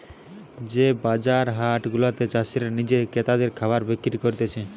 যে বাজার হাট গুলাতে চাষীরা নিজে ক্রেতাদের খাবার বিক্রি করতিছে